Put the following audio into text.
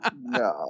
no